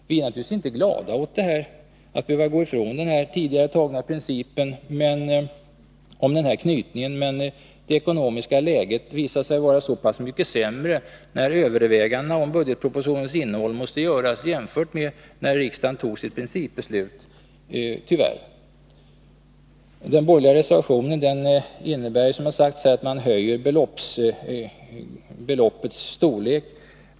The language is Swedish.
Vi är naturligvis inte glada över att behöva gå ifrån den tidigare tagna principen om denna anknytning, men när överväganden om budgetpropositionens innehåll måste göras visade sig det ekonomiska läget vara så pass mycket sämre i jämförelse med när riksdagen tog sitt principbeslut, tyvärr. Den borgerliga reservationen innebär, som det sagts här, att man höjer beloppets storlek.